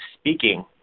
speaking